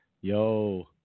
Yo